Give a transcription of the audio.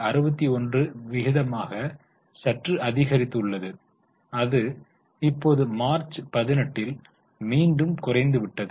61 விகிதமாக சற்று அதிகரித்துள்ளது அது இப்போது மார்ச் 18 ல் மீண்டும் குறைந்துவிட்டது